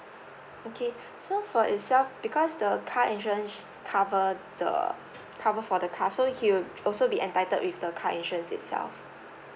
okay so for itself because the car insurance cover the cover for the car so he would also be entitled with the car insurance itself